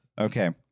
Okay